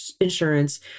insurance